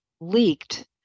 leaked